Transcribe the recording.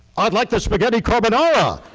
i'd like the spaghetti carbonara.